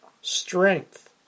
strength